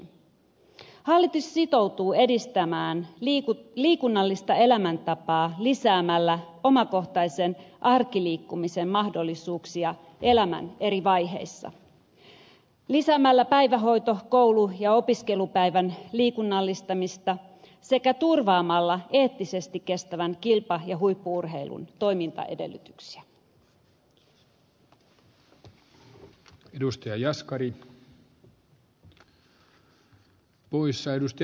hallitus sitoutuu edistämään liikunnallista elämäntapaa lisäämällä omakohtaisen arkiliikkumisen mahdollisuuksia elämän eri vaiheissa lisäämällä päivähoito koulu ja opiskelupäivän liikunnallistamista sekä turvaamalla eettisesti kestävän kilpa ja huippu urheilun toimintaedellytyksiä